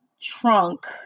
trunk